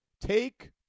Take